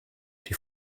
die